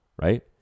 Right